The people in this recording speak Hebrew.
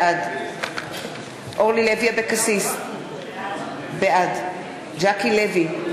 בעד אורלי לוי אבקסיס, בעד ז'קי לוי,